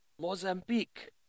Mozambique